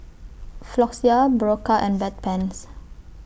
Floxia Berocca and Bedpans